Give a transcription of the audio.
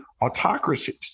autocracies